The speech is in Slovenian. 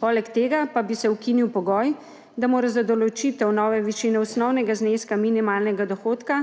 Poleg tega pa bi se ukinil pogoj, da mora za določitev nove višine osnovnega zneska minimalnega dohodka